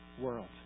world